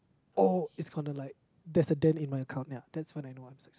oh it's gonna like that's a dent in my account ya that's when I know I'm